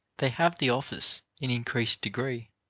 they have the office, in increased degree,